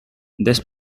this